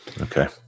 Okay